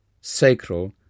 sacral